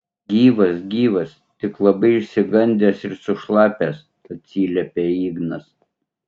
gyvas gyvas tik labai išsigandęs ir sušlapęs atsiliepia ignas